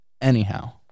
Anyhow